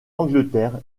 angleterre